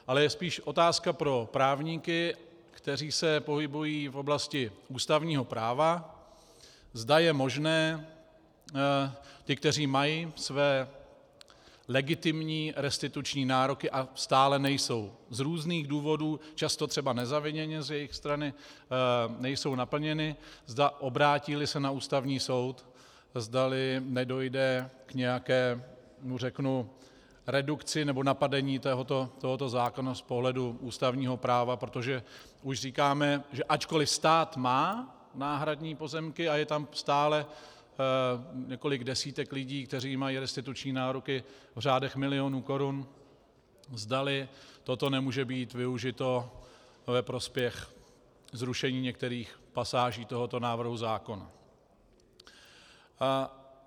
Ale je spíš otázka pro právníky, kteří se pohybují v oblasti ústavního práva, zda je možné, ti, kteří mají své legitimní restituční nároky a stále nejsou z různých důvodů, často třeba nezaviněně z jejich strany, nejsou naplněny, zda obrátíli se na Ústavní soud, zdali nedojde k nějaké redukci nebo napadení tohoto zákona z pohledu ústavního práva, protože už říkáme, že ačkoliv stát má náhradní pozemky a je tam stále několik desítek lidí, kteří mají restituční nároky v řádech milionů korun, zdali toto nemůže být využito ve prospěch zrušení některých pasáží tohoto návrhu zákona.